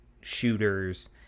shooters